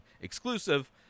exclusive